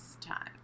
time